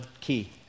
key